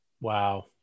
Wow